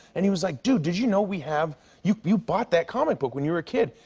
and he was like, dude, did you know we have you you bought that comic book when you were a kid.